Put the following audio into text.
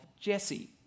Jesse